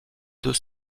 deux